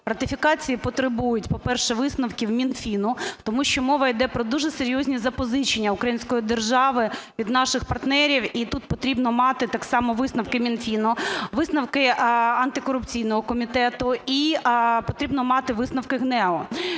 ратифікації потребують, по-перше, висновків Мінфіну, тому що мова йде про дуже серйозні запозичення української держави від наших партнерів, і тут потрібно мати так само висновки Мінфіну, висновки Антикорупційного комітету, і потрібно мати висновки ГНЕУ.